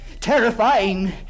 Terrifying